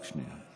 רק שנייה.